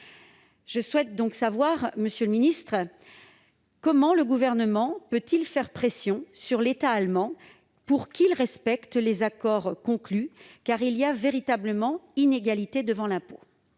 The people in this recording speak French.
Je souhaite donc savoir, monsieur le ministre, comment le Gouvernement peut faire pression sur l'État allemand pour qu'il respecte les accords conclus. Il y a véritablement inégalité devant l'impôt.